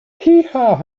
heehaw